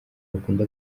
bakunda